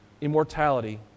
immortality